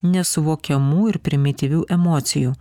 nesuvokiamų ir primityvių emocijų